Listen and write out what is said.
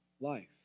life